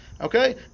okay